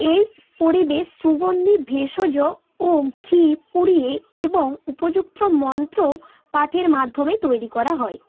এই পরিবেশ সুগন্ধি ভেষজ ও ঘি পুড়িয়ে এবং উপযুক্ত্র মন্ত্র পাঠের মাধ্যমে তৈরি করা হয়